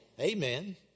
Amen